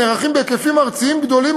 הנערכים בהיקפים ארציים גדולים,